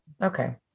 Okay